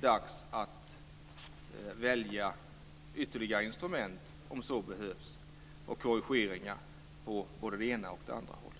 dags att välja ytterligare instrument om så behövs och göra korrigeringar på både det ena och det andra hållet.